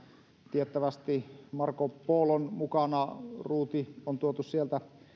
tiettävästi marco polon mukana ruuti on tuotu sieltä